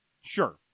Sure